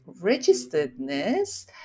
registeredness